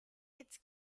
its